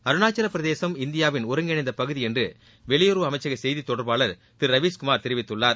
அருணாச்சலப்பிரதேசம் இந்தியாவின் ஒருங்கிணைந்தபகுதிஎன்றுவெளியுறவு அமைச்சகசெய்திதொடர்பாளர் திருரவீஸ் குமார் தெரிவித்துள்ளார்